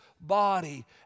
body